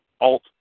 Alt